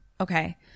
Okay